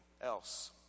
else